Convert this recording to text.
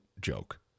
joke